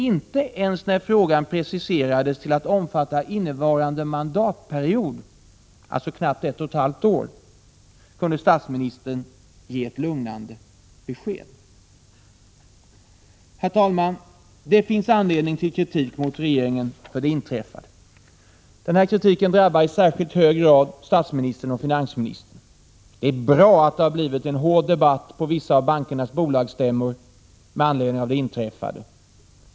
Inte ens när frågan preciserades till att omfatta innevarande mandatperiod, alltså knappt ett och ett halvt år, kunde statsministern ge ett lugnande besked. Herr talman! Det finns anledning till kritik mot regeringen för det inträffade. Den kritiken drabbar i särskilt hög grad statsministern och finansministern. Det är bra att det har blivit en hård debatt på vissa av bankernas bolagsstämmor med anledning av det inträffade.